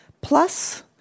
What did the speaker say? plus